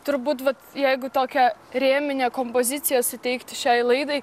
turbūt va jeigu tokia rėminę kompoziciją suteikti šiai laidai